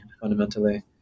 fundamentally